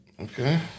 Okay